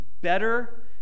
better